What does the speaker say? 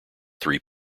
three